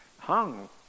hung